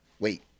wait